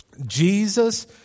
Jesus